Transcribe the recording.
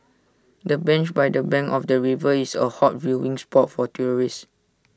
the bench by the bank of the river is A hot viewing spot for tourists